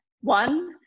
one